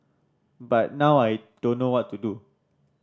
but now I don't know what to do